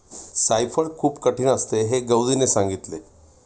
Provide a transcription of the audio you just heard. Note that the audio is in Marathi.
जायफळ खूप कठीण असते हे गौरीने सांगितले